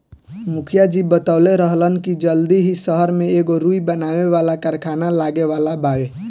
मुखिया जी बतवले रहलन की जल्दी ही सहर में एगो रुई बनावे वाला कारखाना लागे वाला बावे